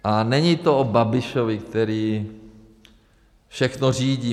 A není to o Babišovi, který všechno řídí.